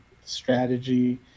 strategy